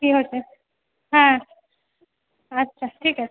কি হয়েছে হ্যাঁ আচ্ছা ঠিক আছে